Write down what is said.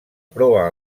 proa